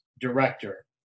director